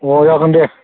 औ जागोन दे